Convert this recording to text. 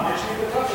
הישיבה